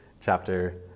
chapter